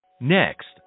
Next